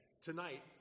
tonight